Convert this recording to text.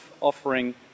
offering